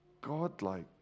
God-like